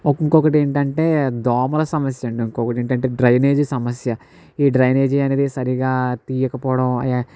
ఇంకొకటి ఏంటంటే దోమల సమస్య అండి ఇంకొకటి ఏంటంటే డ్రైనేజీ సమస్య ఈ డ్రైనేజీ అనేది సరిగా తీయకపోవడం